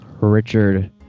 Richard